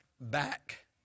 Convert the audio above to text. back